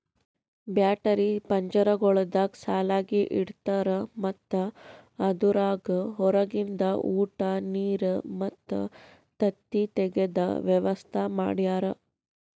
battery ಪಂಜರಗೊಳ್ದಾಗ್ ಸಾಲಾಗಿ ಇಡ್ತಾರ್ ಮತ್ತ ಅದುರಾಗ್ ಹೊರಗಿಂದ ಉಟ, ನೀರ್ ಮತ್ತ ತತ್ತಿ ತೆಗೆದ ವ್ಯವಸ್ತಾ ಮಾಡ್ಯಾರ